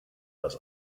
das